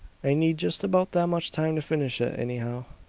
i need just about that much time to finish it, anyhow.